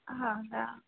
ಹೌದಾ